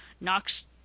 knocks